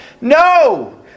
No